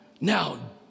Now